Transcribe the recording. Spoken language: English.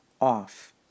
off